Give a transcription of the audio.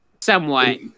somewhat